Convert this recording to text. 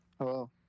Hello